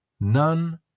none